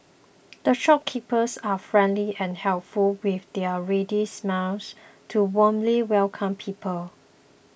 the shopkeepers are friendly and helpful with their ready smiles to warmly welcome people